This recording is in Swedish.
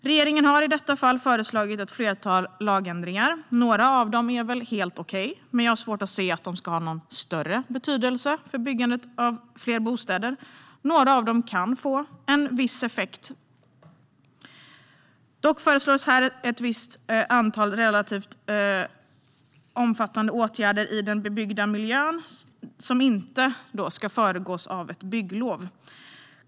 Regeringen har i detta fall föreslagit ett flertal lagändringar, och några av dem är helt okej. Jag har dock svårt att se att de kommer att få någon större betydelse för byggandet av fler bostäder. Några av dem kan dock få en viss effekt. Här föreslås ett antal relativt omfattande åtgärder i den bebyggda miljön, som inte ska föregås av ett bygglov.